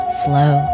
flow